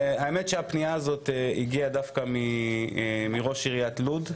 האמת שהפנייה הזאת הגיעה דווקא מראש עיריית לוד,